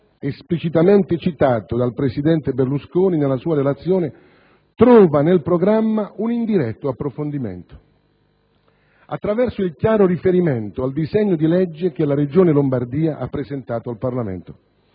esplicitamente citato dal presidente Berlusconi nella sua relazione, trova nel programma un indiretto approfondimento, attraverso il chiaro riferimento al disegno di legge che la Regione Lombardia ha presentato al Parlamento